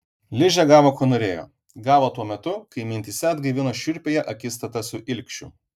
ližė gavo ko norėjo gavo tuo metu kai mintyse atgaivino šiurpiąją akistatą su ilgšiu